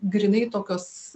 grynai tokios